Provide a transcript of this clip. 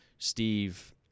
Steve